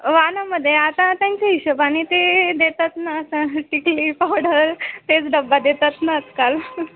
वाणामध्ये आता त्यांच्या हिशोबाने ते देतात ना असं टिकली पावडर तेच डबा देतात ना आजकाल